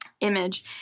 image